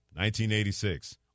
1986